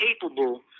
capable